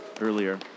earlier